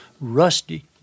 rusty